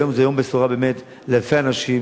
היום זה יום בשורה לאלפי אנשים